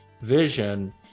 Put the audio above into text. vision